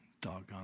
doggone